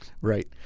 Right